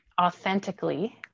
authentically